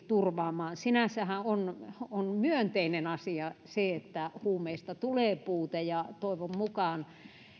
turvaamaan sinänsähän on on myönteinen asia että huumeista tulee puute ja toivon mukaan